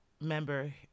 member